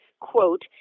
quote